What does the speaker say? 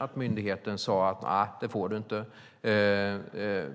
att myndigheten säger nej.